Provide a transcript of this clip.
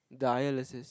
dialysis